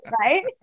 right